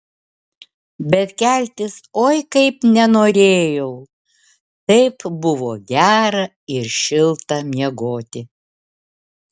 bet keltis oi kaip nenorėjau taip buvo gera ir šilta miegoti